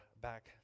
back